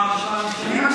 פעם ראשונה אני שומע,